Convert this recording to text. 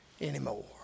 anymore